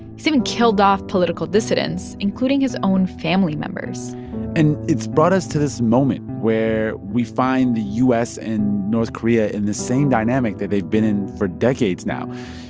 he's even killed off political dissidents, including his own family members and it's brought us to this moment where we find the u s. and north korea in the same dynamic that they've been in for decades now.